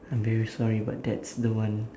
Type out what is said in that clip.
I'm very sorry but that's the one